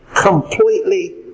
completely